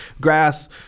grass